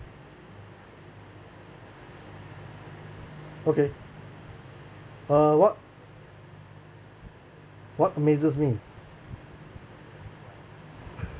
okay uh what what amazes me